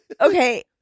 Okay